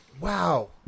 wow